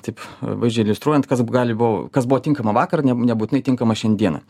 taip vaizdžiai iliustruojant kas gali bu kas buvo tinkama vakar nebūtinai tinkama šiandieną